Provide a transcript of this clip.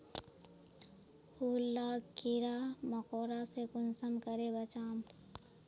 फूल लाक कीड़ा मकोड़ा से कुंसम करे बचाम?